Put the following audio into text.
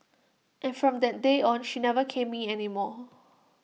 and from that day on she never caned me anymore